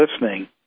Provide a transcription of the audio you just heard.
listening